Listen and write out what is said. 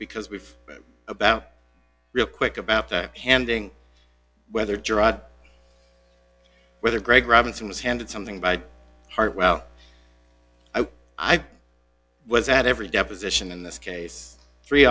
because we've about real quick about handing whether gerard whether greg robinson was handed something by hartwell i i was at every deposition in this case three